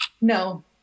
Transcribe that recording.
No